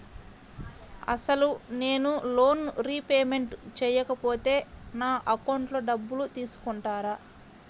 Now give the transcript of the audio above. అసలు నేనూ loan repayment చేయకపోతే నా అకౌంట్లో డబ్బులు తీసుకుంటారా?